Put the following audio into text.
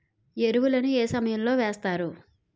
ఎరువుల ను ఏ సమయం లో వేస్తారు?